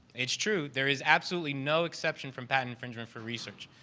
it's true. there is absolutely no exception from patent infringement for research.